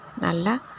Nalla